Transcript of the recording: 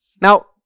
Now